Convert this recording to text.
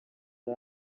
ari